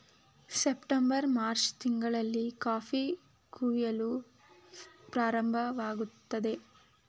September March ತಿಂಗಳಲ್ಲಿ coffee ಕುಯಿಲು ಪ್ರಾರಂಭವಾಗುತ್ತದೆ